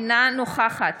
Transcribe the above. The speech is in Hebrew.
אינה נוכחת